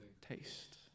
Taste